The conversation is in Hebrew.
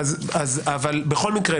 בכל מקרה,